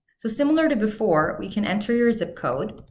so similar to before, we can enter your zip code,